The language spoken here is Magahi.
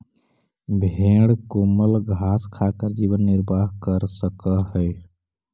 भेंड कोमल घास खाकर जीवन निर्वाह कर सकअ हई